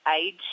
age